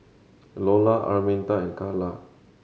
Lola Araminta and Karla